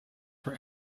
for